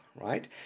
right